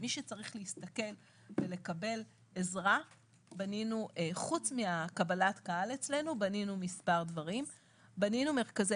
ולהעביר אותם ישירות למשרדים כדי לספק את הדברים בצורה